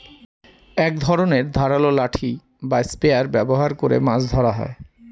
এক ধরনের ধারালো লাঠি বা স্পিয়ার ব্যবহার করে মাছ ধরা হয়